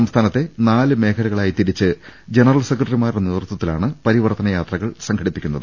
സംസ്ഥാനത്തെ നാല് മേഖലകളായി തിരിച്ച് ജനറൽ സെക്രട്ടറിമാരുടെ നേതൃത്വത്തിലാണ് പരിവർത്തന യാത്രകൾ സംഘടിപ്പിക്കുന്നത്